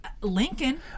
Lincoln